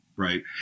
Right